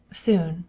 soon,